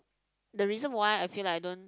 the reason why I feel like I don't